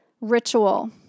ritual